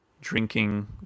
drinking